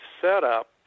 setup